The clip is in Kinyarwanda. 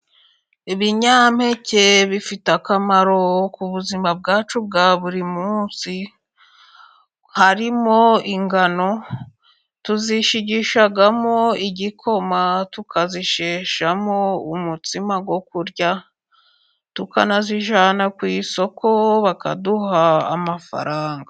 Ibinyampeke bifite akamaro ku buzima bwacu bwa buri munsi harimo ingano tuzishigishamo igikoma tukazisheshamo umutsima wo kurya tukanazijyana ku isoko bakaduha amafaranga.